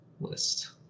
list